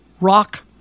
rock